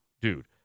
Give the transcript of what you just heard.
dude